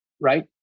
right